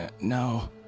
No